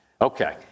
Okay